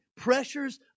pressures